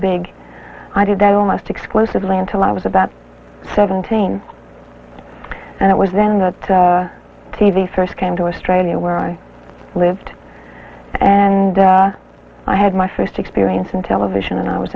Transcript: big i did that almost exclusively until i was about seventeen and it was then that t v first came to australia where i lived and i had my first experience in television and i was